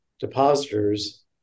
depositors